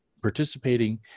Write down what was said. participating